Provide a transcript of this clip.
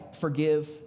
forgive